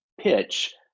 pitch